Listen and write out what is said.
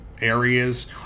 areas